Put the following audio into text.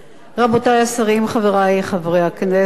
רבותי השרים, חברי חברי הכנסת,